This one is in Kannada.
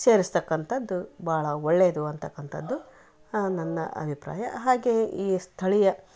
ಸೇರಿಸ್ತಕ್ಕಂಥದ್ದು ಬಹಳ ಒಳ್ಳೆಯದು ಅಂತಕ್ಕಂಥದ್ದು ನನ್ನ ಅಭಿಪ್ರಾಯ ಹಾಗೆ ಈ ಸ್ಥಳೀಯ